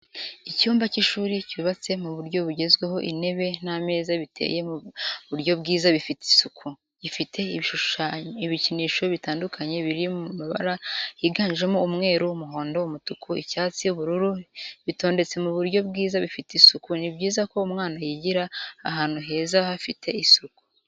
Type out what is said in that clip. Icyumba cy'ishuri cyubatse mu buryo bugezweho intebe n'ameza biteye mu buryo bwiza bifite isuku, gifite ibikinisho bitandukanye biri mabara yiganjemo umweru, umuhondo, umutuku. icyatsi ubururu bitondetse mu buryo bwiza bufite isuku, ni byiza ko umwana yigira ahantu heza hafite isuku.